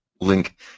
link